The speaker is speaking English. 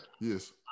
yes